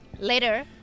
later